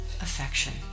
affection